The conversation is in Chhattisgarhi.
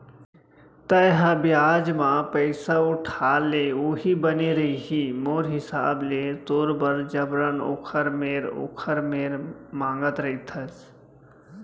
तेंहा बियाज म पइसा उठा ले उहीं बने रइही मोर हिसाब ले तोर बर जबरन ओखर मेर ओखर मेर मांगत रहिथस